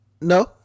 No